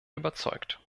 überzeugt